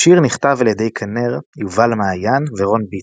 השיר נכתב על ידי כנר, יובל מעיין ורון ביטון,